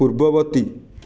ପୂର୍ବବର୍ତ୍ତୀ